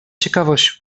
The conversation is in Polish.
ciekawość